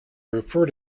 refer